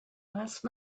last